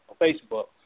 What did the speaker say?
Facebook